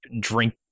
drink